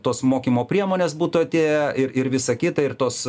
tos mokymo priemonės būtų atėję ir ir visa kita ir tos